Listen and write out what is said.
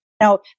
Now